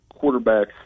quarterbacks